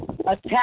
attack